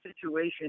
situation